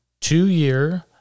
two-year